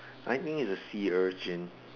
I think it's a sea urchin